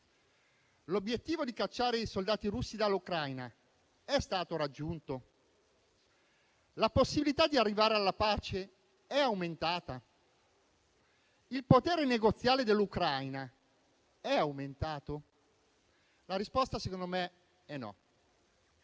L'obiettivo di cacciare i soldati russi dall'Ucraina è stato raggiunto? La possibilità di arrivare alla pace è aumentata? Il potere negoziale dell'Ucraina è aumentato? La risposta - secondo me - è no,